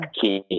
key